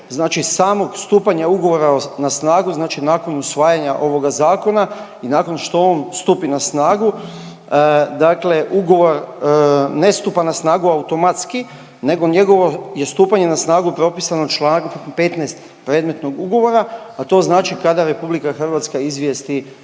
samog stupanja ugovora na snagu, znači nakon usvajanja ovoga zakona i nakon što on stupi na snagu, dakle ugovor ne stupa na snagu automatski nego njegovo je stupanje na snagu propisano u čl. 15. predmetnog ugovora. A to znači kada RH izvijesti